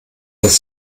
das